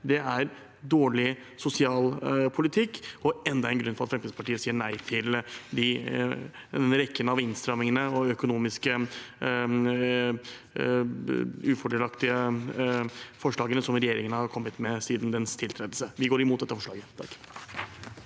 Det er dårlig sosialpolitikk og enda en grunn til at Fremskrittspartiet sier nei til den rekken av innstramminger og økonomisk ufordelaktige forslag som regjeringen har kommet med siden sin tiltredelse. Vi går imot dette forslaget. Grete